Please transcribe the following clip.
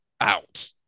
out